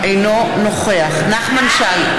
אינו נוכח נחמן שי,